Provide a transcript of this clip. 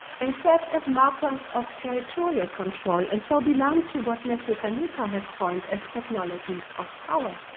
they serve as markers of territorial control, and so belong to what matthew canepa has coined as technologies of power.